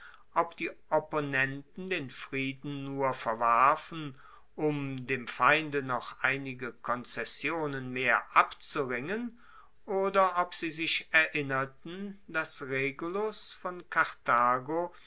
ob die opponenten den frieden nur verwarfen um dem feinde noch einige konzessionen mehr abzudringen oder ob sie sich erinnerten dass regulus von karthago